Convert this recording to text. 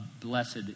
Blessed